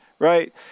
right